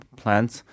plants